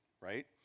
right